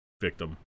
victim